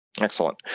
Excellent